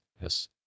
yes